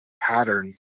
pattern